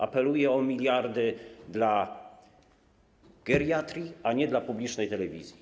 Apeluję o miliardy dla geriatrii, a nie dla publicznej telewizji.